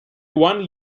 one